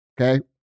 Okay